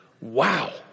Wow